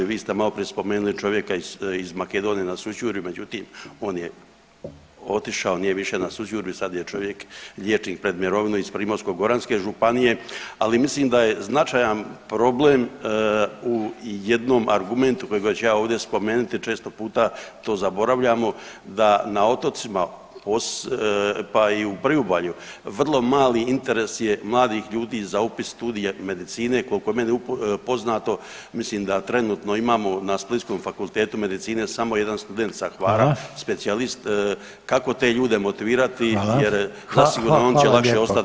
Vi ste maloprije spomenuli čovjeka iz Makedonije na Sućurju, međutim on je otišao nije više na Sućurju i sad je čovjek liječnik pred mirovinu iz Primorsko-goranske županije, ali mislim da je značajan problem u jednom argumentu kojega ću ja ovdje spomenuti, često puta to zaboravljamo da na otocima, pa i u priobalju vrlo mali interes je mladih ljudi za upis studija medicine, koliko je meni poznato mislim da trenutno imamo na Splitskom fakultetu medicine samo jedan student sa Hvara specijalist, kako te ljude motivirati jer zasigurno on će lakše ostat tu nego neko sa strane.